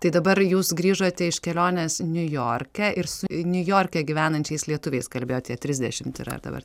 tai dabar jūs grįžote iš kelionės niujorke ir s niujorke gyvenančiais lietuviais kalbėjot tie trisdešimt yra dabar